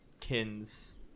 Kins